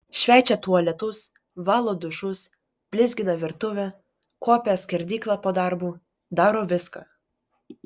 šveičia tualetus valo dušus blizgina virtuvę kuopia skerdyklą po darbų daro viską